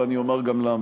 אני אומר גם למה.